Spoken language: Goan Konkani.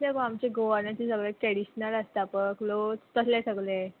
ते गो आमचे गोवानाचे सगळे ट्रेडिशनल आसता पय क्लोथ्स तसले सगले